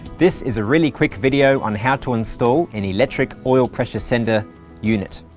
this is a really quick video on how to install an electric oil pressure sender unit.